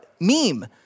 meme